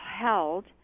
held